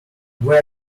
where